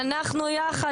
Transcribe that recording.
אנחנו יחד.